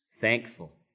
Thankful